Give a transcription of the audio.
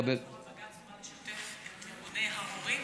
השר, בג"ץ הורה לשתף את ארגוני ההורים